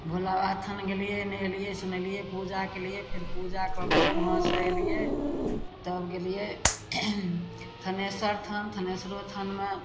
भोलाबाबा स्थान गेलियै नहेलियै सुनेलियै पूजा कयलियै फेर पूजा कए कऽ वहाँसँ अयलियै तब गेलियै थनेसर स्थान थनेसरो थानमे